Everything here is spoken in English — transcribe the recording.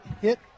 hit